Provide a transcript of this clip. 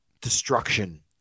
destruction